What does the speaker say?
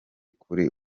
kuri